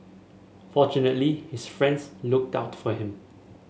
fortunately his friends looked out for him